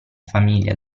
famiglia